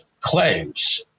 claims